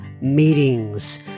meetings